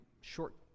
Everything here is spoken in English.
short